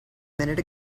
minute